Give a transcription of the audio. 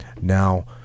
Now